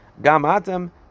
gamatem